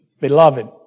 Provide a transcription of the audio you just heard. Beloved